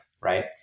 right